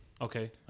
Okay